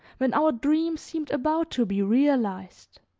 when our dreams seemed about to be realized,